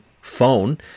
phone